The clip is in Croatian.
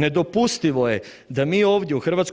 Nedopustivo je da mi ovdje u HS